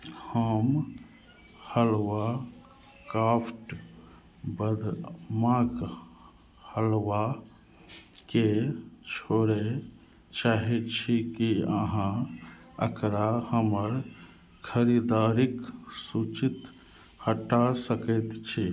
हम हलुआ क्राफ्ट बदामक हलुआकेँ छोड़य चाहय छी की अहाँ एकरा हमर खरीदारिक सूचीसँ हटा सकैत छी